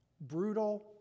brutal